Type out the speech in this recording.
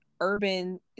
Urban